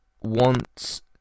Wants